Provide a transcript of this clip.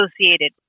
associated